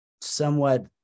somewhat